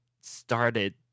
started